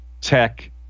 tech